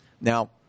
Now